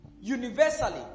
universally